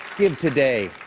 give today.